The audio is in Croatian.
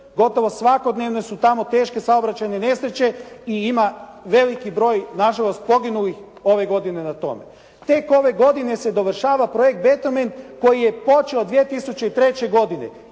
Gotovo svakodnevne su tamo teške saobraćajne nesreće i ima veliki broj na žalost poginulih ove godine na tome. Tek ove godine se dovršava projekt …/Govornik se ne razumije./… koji je počeo 2003. godine